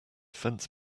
fence